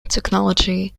technology